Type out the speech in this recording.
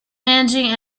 managing